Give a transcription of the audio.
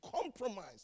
compromise